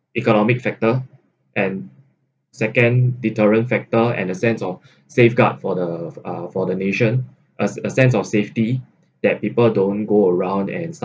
economic factor and second deterrent factor and a sense of safeguard for the uh for the nation a a sense of safety that people don't go around and start